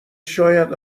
شاید